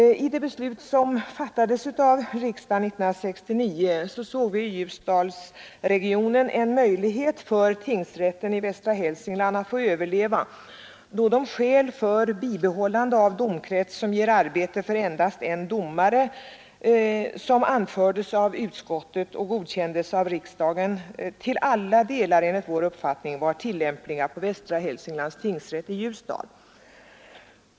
I det beslut som 1969 fattades av riksdagen såg vi i Ljusdalsregionen en möjlighet för Västra Hälsinglands tingsrätt att få överleva, då de skäl ”för bibehållande av domkrets som ger arbete för endast en domare” som anfördes av utskottet och godkändes av riksdagen, enligt vår uppfattning till alla delar var tillämpliga på Västra Hälsinglands tingsrätt i Ljusdal.